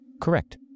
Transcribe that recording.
Correct